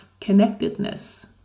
connectedness